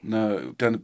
na ten